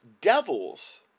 devils